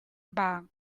back